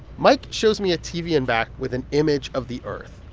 mike shows me a tv in back with an image of the earth,